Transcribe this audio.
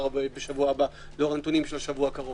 בשבוע הבא לאור הנתונים של השבוע הקרוב,